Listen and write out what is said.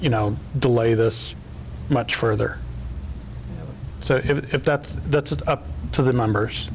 you know delay this much further so if that's that's up to the members